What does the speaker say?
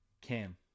Cam